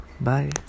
bye